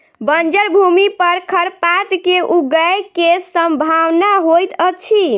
बंजर भूमि पर खरपात के ऊगय के सम्भावना होइतअछि